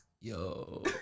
yo